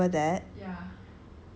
ya I remember that